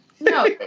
No